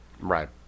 Right